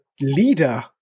leader